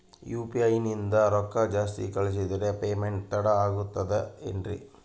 UPI ನಿಂದ ರೊಕ್ಕ ಜಾಸ್ತಿ ಕಳಿಸಿದರೆ ಪೇಮೆಂಟ್ ತಡ ಆಗುತ್ತದೆ ಎನ್ರಿ?